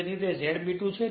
તેથી તે Z B 2 છે